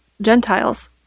Gentiles